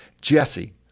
Jesse